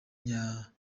nyamuheshera